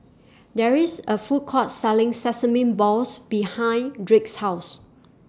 There IS A Food Court Selling Sesame Balls behind Drake's House